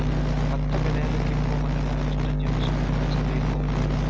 ಭತ್ತ ಬೆಳೆಯುವ ಕೆಂಪು ಮಣ್ಣಿಗೆ ಎಷ್ಟು ಜಿಪ್ಸಮ್ ಬಳಸಬೇಕು?